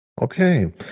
Okay